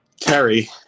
Terry